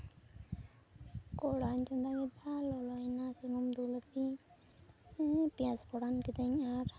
ᱠᱚᱦᱲᱟᱧ ᱪᱚᱸᱫᱟ ᱠᱮᱫᱟ ᱞᱚᱞᱚᱭᱱᱟ ᱥᱩᱱᱩᱢ ᱫᱩᱞᱟᱫᱤᱧ ᱯᱮᱸᱭᱟᱡᱽ ᱯᱷᱚᱲᱟᱱ ᱠᱤᱫᱟᱹᱧ ᱟᱨ